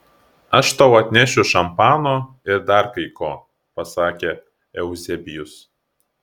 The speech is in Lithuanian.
aš tau atnešiu šampano ir dar kai ko pasakė euzebijus